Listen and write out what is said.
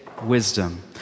wisdom